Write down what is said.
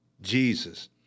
Jesus